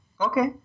Okay